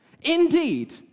Indeed